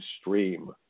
stream